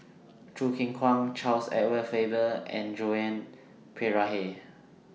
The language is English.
Choo Keng Kwang Charles Edward Faber and Joan Pereira